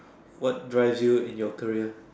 what drives you in your career